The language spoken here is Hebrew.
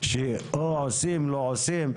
עושים או לא עושים.